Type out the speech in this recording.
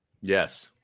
Yes